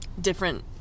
different